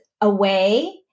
away